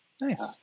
Nice